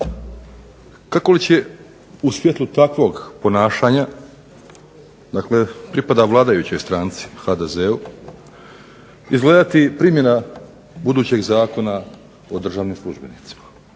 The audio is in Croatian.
Kako li će u svjetlu takvog ponašanja dakle pripada vladajućoj stranci HDZ-u izgledati primjena budućeg Zakona o državnim službenicima?